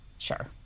Sure